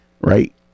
right